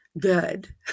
good